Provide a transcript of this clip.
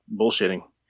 bullshitting